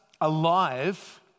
alive